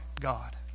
God